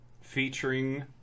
featuring